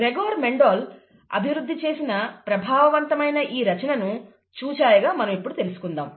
Gregor Mendel అభివృద్ధి చేసిన ప్రభావవంతమైన ఈ రచనను చూచాయగా మనం ఇప్పుడు తెలుసుకుందాం